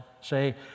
say